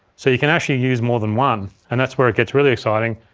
so you can actually use more than one and that's where it gets really exciting,